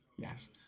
Yes